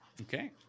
Okay